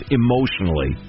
emotionally